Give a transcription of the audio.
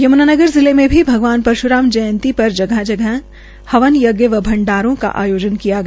यमूनानगर जिले में भगवान परश्राम जयंती पर जगह जगह हवल यज्ञ व भंडारों का आयोजन किया गया